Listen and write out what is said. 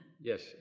Yes